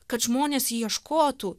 kad žmonės ieškotų